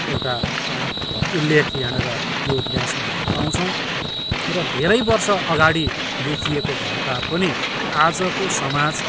एउटा उल्लेख यहाँनिर यो उपन्यासमा हामी पाउँछौँ र धेरै वर्षअगाडि लेखिएको भए तापनि आजको समाज